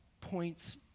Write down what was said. points